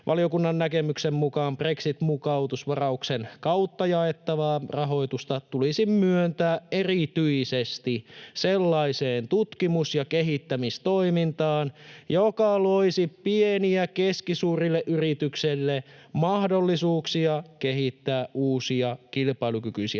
Valiokunnan näkemyksen mukaan brexit-mukautusvarauksen kautta jaettavaa rahoitusta tulisi myöntää erityisesti sellaiseen tutkimus- ja kehittämistoimintaan, joka loisi pienille ja keskisuurille yrityksille mahdollisuuksia kehittää uusia kilpailukykyisiä